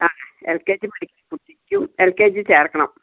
അ L K G പഠിക്കുന്ന കുട്ടിക്കും L K G ചേർക്കണം